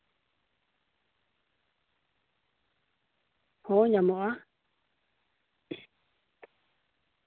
ᱦᱳᱭ ᱧᱟᱢᱚᱜᱼᱟ